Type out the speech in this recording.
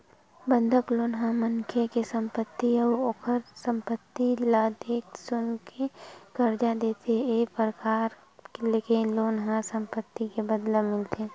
बंधक लोन ह मनखे के संपत्ति अउ ओखर संपत्ति ल देख सुनके करजा देथे ए परकार के लोन ह संपत्ति के बदला मिलथे